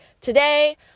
today